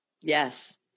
Yes